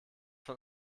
von